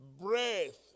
breath